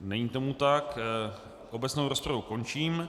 Není tomu tak, obecnou rozpravu končím.